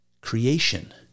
Creation